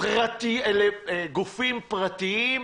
לגופים פרטיים,